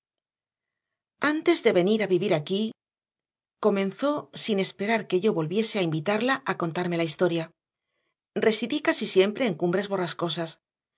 antes de venir a vivir aquí comenzó sin esperar que yo volviese a invitarla a contarme la historia residí casi siempre en cumbres